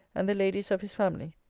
and the ladies of his family.